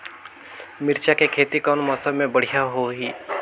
मिरचा के खेती कौन मौसम मे बढ़िया होही?